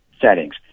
settings